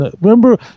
Remember